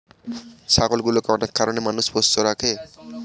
ছাগলগুলোকে অনেক কারনে মানুষ পোষ্য রাখে